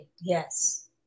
Yes